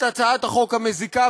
את הצעת החוק המזיקה